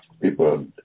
people